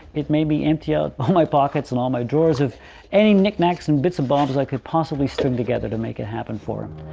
it made me empty out all my pockets and all my drawers of any knick-knacks and bits of bobs i could possibly string together to make it happen for him.